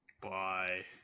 Bye